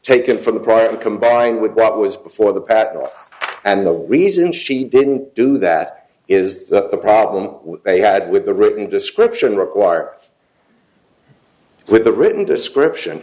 taken from the prime combined with what was before the pattern and the reason she didn't do that is the problem they had with the written description require with the written description